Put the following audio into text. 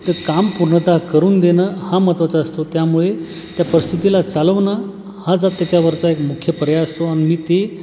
तं काम पूर्णतः करून देणं हा महत्त्वाचा असतो त्यामुळे त्या परिस्थितीला चालवणं हाच त्याच्यावरचा एक मुख्य पर्याय असतो आणि मी ते